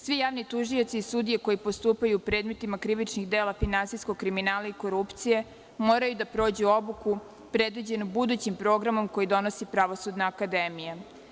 Svi javni tužioci i sudije koji postupaju u predmetima krivičnih dela finansijskog kriminala i korupcije moraju da prođu obuku predviđenu budućim programom koji donosi Pravosudna akademija.